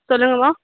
சொல்லுங்கம்மா